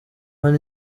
hano